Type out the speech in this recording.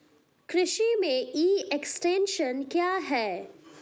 कृषि में e extension क्या है?